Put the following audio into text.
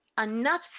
enough